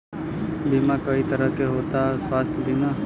बीमा कई तरह के होता स्वास्थ्य बीमा?